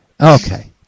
Okay